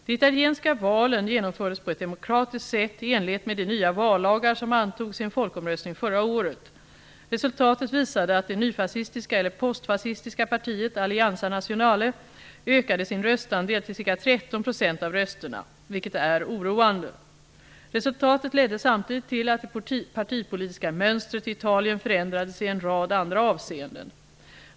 De italienska valen genomfördes på ett demokratiskt sätt i enlighet med de nya vallagar som antogs i en folkomröstning förra året. Resultatet visade att det nyfascistiska, eller postfascistiska, partiet Alleanza Nazionale ökade sin röstandel till ca 13 % av rösterna, vilket är oroande. Resultatet ledde samtidigt till att det partipolitiska mönstret i Italien förändrades i en rad andra avseenden.